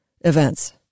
events